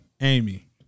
Amy